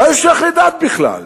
מה זה שייך לדת בכלל?